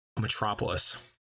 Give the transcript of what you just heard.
metropolis